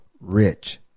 rich